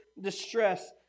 distress